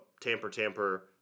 tamper-tamper